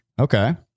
Okay